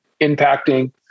impacting